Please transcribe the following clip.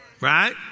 Right